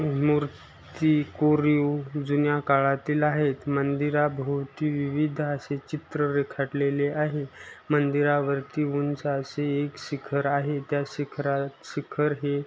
मूर्ती कोरीव जुन्या काळातील आहेत मंदिराभोवती विविध असे चित्र रेखाटलेले आहे मंदिरावरती उंच असे एक शिखर आहे त्या शिखर शिखर हे